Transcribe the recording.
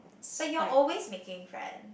but you're always making friends